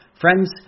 Friends